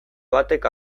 batek